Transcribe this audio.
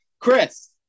Chris